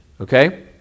okay